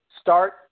start